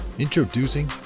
Introducing